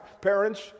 parents